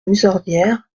musardière